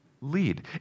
lead